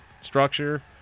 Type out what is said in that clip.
structure